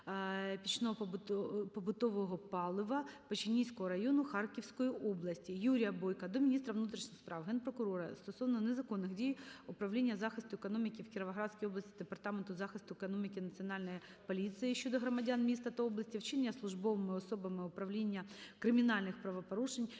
пічного побутового палива Печенізького району Харківської області. Юрія Бойка до міністра внутрішніх справ, Генпрокурора стосовно незаконних дій управління захисту економіки в Кіровоградській області Департаменту захисту економіки Національної поліції щодо громадян міста та області, вчинення службовими особами управління кримінальних правопорушень,